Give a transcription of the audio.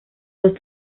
dos